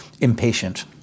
impatient